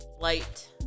light